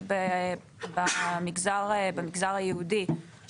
זה שבמגזר היהודי,